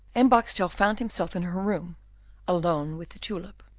and boxtel found himself in her room alone with the tulip.